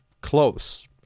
close